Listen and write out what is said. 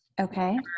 Okay